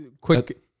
quick